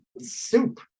soup